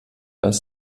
als